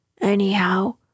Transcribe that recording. Anyhow